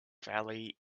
valley